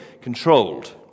controlled